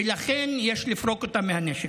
ולכן יש לפרק אותם מהנשק.